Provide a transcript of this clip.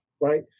right